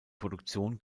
produktion